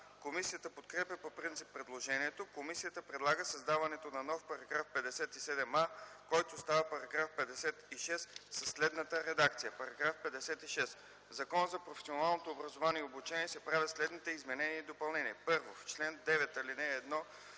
Комисията подкрепя по принцип предложението. Комисията предлага създаването на нов § 57а, който става § 56 със следната редакция: „§ 56. В Закона за професионалното образование и обучение се правят следните изменения и допълнения: 1. В чл. 9, ал. 1: а)